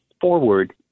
forward